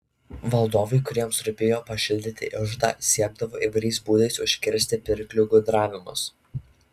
valdovai kuriems rūpėjo papildyti iždą siekdavo įvairiais būdais užkirsti pirklių gudravimus